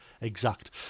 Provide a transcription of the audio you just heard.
exact